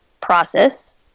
process